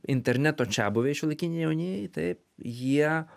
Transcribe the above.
interneto čiabuviai šiuolaikiniai jaunieji taip jie